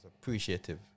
Appreciative